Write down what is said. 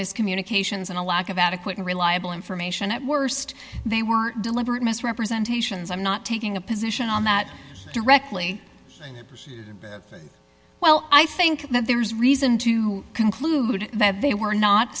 miscommunications and a lack of adequate and reliable information at worst they were deliberate misrepresentations i'm not taking a position on that directly well i think that there's reason to conclude that they were not